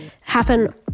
happen